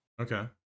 Okay